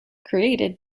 created